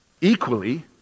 Equally